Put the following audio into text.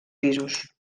pisos